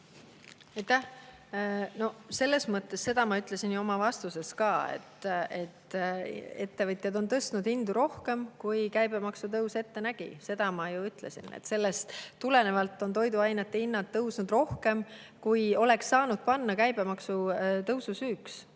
olnud. Aitäh! Seda ma ütlesin oma vastuses ka, et ettevõtjad on tõstnud hindu rohkem, kui käibemaksu tõus ette nägi. Seda ma ju ütlesin, et sellest tulenevalt on toiduainete hinnad tõusnud rohkem, kui oleks saanud panna käibemaksu tõusu süüks.